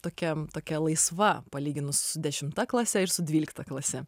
tokia tokia laisva palyginus su dešimta klase ir su dvylikta klase